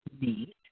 need